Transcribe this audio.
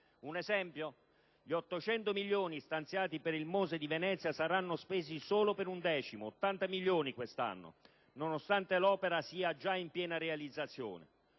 Un esempio? Gli 800 milioni stanziati per il MOSE di Venezia saranno spesi solo per un decimo (80 milioni) quest'anno, nonostante l'opera sia già in piena realizzazione.